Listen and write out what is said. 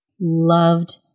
loved